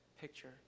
picture